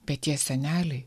bet tie seneliai